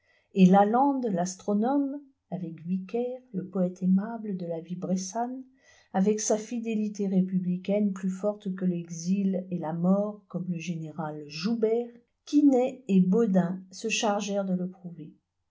et lalande l'astronome avec vicaire le poète aimable de la vie bressanne avec sa fidélité républicaine plus forte que l'exil et la mort comme le général joubert quinet et baudin se chargèrent de le prouver